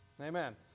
Amen